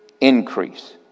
increase